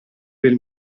del